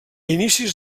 inicis